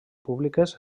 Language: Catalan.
públiques